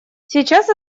сейчас